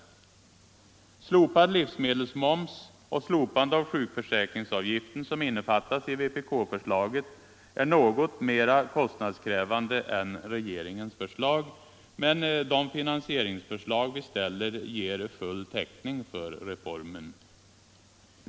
Slopad livsmedelsmoms och slopande av sjukförsäkringsavgiften, som innefattas i vpk-förslaget, är något mera kostnadskrävande än regeringens förslag, men de finansieringsförslag vi ställer ger full täckning för reformen.